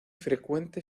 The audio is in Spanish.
frecuente